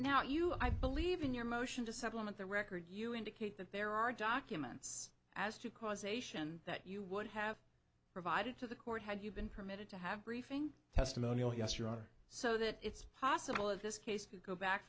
now you i believe in your motion to supplement the record you indicate that there are documents as to causation that you would have provided to the court had you been permitted to have briefing testimonial yes your honor so that it's possible of this case to go back